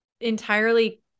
entirely